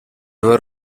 were